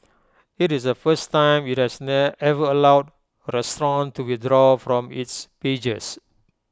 IT is the first time IT has ever allowed A restaurant to withdraw from its pages